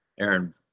Aaron